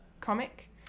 comic